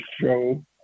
show